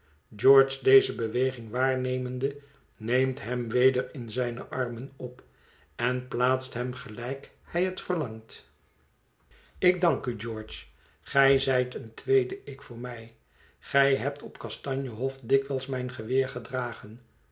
george deze beweging waarnemende neemt hem weder in zijne armen op en plaatst hem gelijk hij het verlangt ik dank u george gij zijt een tweede ik voor mij gij hebt op kastanje hof dikwijls mijn geweer gedragen